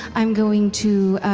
i'm going to